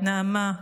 נעמה,